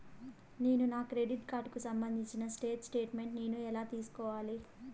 నేను నా క్రెడిట్ కార్డుకు సంబంధించిన స్టేట్ స్టేట్మెంట్ నేను ఎలా తీసుకోవాలి?